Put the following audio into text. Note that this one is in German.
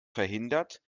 verhindert